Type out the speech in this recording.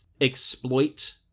exploit